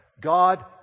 God